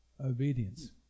obedience